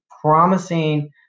promising